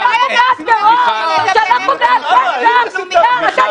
והיום המגמה --- לשחוט משפחות זה מותר?